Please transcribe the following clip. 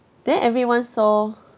then everyone saw